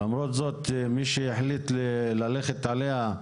למרות זאת מי שהחליט ללכת עליה,